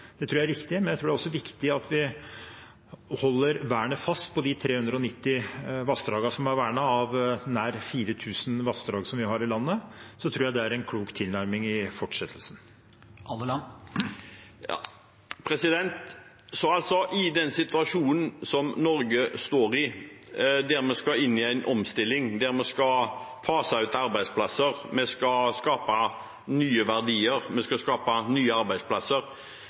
riktig. Men jeg tror det også er viktig at vi holder vernet fast på de 390 vassdragene som er vernet, av nær 4 000 vassdrag som vi har i landet. Jeg tror det er en klok tilnærming i fortsettelsen. Så i den situasjonen Norge står i, der vi skal inn i en omstilling, der vi skal fase ut arbeidsplasser, skape nye verdier og nye arbeidsplasser,